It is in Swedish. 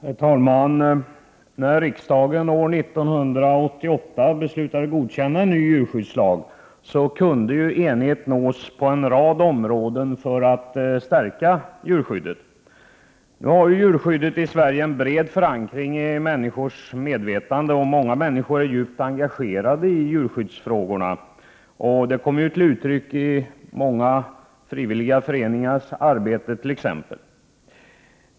Herr talman! När riksdagen år 1988 beslutade att godkänna en ny djurskyddslag, kunde enighet nås på en rad områden för att stärka djurskyddet. Djurskyddet i Sverige har bred förankring i människors medvetande, och många människor är djupt engagerade i djurskyddsfrågorna, vilket t.ex. kommit till uttryck i många föreningars frivilliga arbete.